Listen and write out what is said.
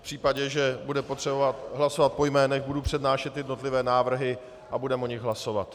V případě, že bude potřeba hlasovat po jménech, budu přednášet jednotlivé návrhy a budeme o nich hlasovat.